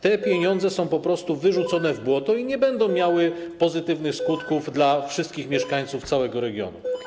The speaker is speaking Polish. Te pieniądze są po prostu wyrzucone w błoto i te działania nie będą miały pozytywnych skutków dla wszystkich mieszkańców całego regionu.